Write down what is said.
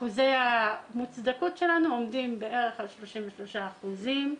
אחוזי המוצדקות שלנו עומדים בערך על 33 אחוזים.